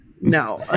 no